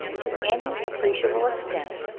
to any appreciable extent,